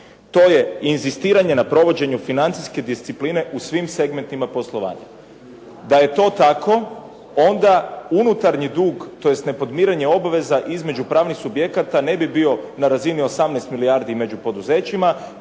To je inzistiranje na provođenju financijske discipline u svim segmentima poslovanja. Da je to tako onda unutarnji dug tj. nepodmirenje obveza između pravnih subjekata ne bi bio na razini 18 milijardi među poduzećima,